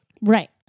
Right